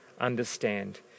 understand